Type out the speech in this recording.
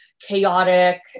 chaotic